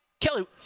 Kelly